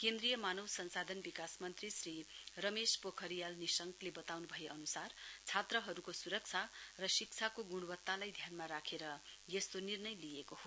केन्द्रीय मानव संसाधन विकास मन्त्री श्री रमेश पोखरियल निशंकले बताउन् अएअन्सार छात्रहरूको सुरक्षा र शिक्षाको गुणवत्तालाई ध्यानमा राखेर यस्तो निर्णय लिइएको हो